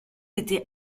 été